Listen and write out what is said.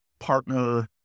partner